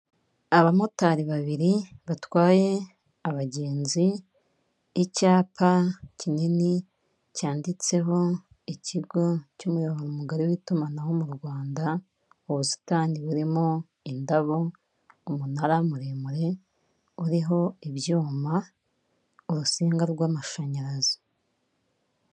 Abamotari babiri batwaye abagenzi, icyapa kinini cyanditseho ikigo cy'umuyobo mugari w'itumanaho mu Rwanda. Mu ubusitani burimo indabo, umunara muremure uriho ibyuma, urusinga rw'amashanyarazi...